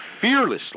fearlessly